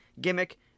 gimmick